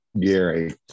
Gary